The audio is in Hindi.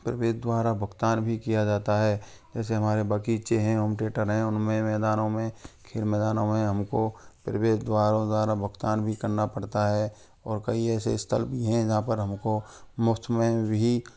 प्रवेश द्वारा भुगतान भी किया जाता है जैसे हमारे बगीचे हैं होम थिएटर हैं उनमें मैदानों में खेल मैदानों में हमको प्रवेश द्वारों द्वारा भुगतान भी करना पड़ता है और कई ऐसे स्थल भी हैं जहाँ पर हमको मुफ्त में भी